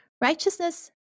righteousness